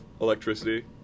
electricity